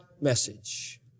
message